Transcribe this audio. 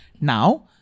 Now